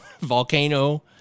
volcano